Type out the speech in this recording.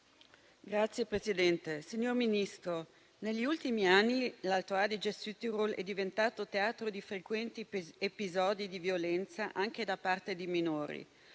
Cb, SCN))*. Signor Ministro, negli ultimi anni, l'Alto Adige-Südtirol è diventato teatro di frequenti episodi di violenza, anche da parte di minori.